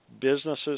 businesses